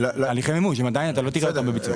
הליכי מימוש, עדיין אתה לא תיקח אותם בביצוע.